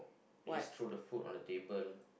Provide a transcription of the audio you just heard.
you just throw the food on the table